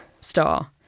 star